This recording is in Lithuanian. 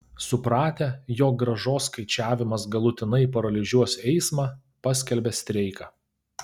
supratę jog grąžos skaičiavimas galutinai paralyžiuos eismą paskelbė streiką